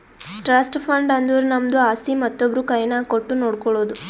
trust fund ಅಂದುರ್ ನಮ್ದು ಆಸ್ತಿ ಮತ್ತೊಬ್ರು ಕೈನಾಗ್ ಕೊಟ್ಟು ನೋಡ್ಕೊಳೋದು